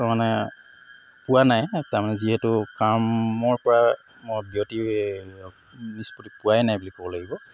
মানে পোৱা নাই তাৰমানে যিহেতু কামৰপৰা মই বিৰতি নিচপতি পোৱাই নাই বুলি ক'ব লাগিব